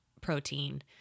protein